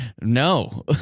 no